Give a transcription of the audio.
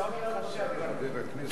אדוני היושב-ראש,